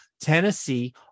tennessee